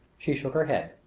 she shook her head.